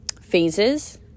phases